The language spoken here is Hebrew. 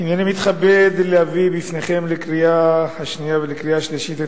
גפני ואושרה בוועדה לקריאה שנייה ושלישית.